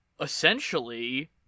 essentially